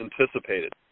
anticipated